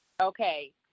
Okay